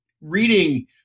reading